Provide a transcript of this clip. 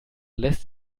lässt